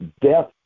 death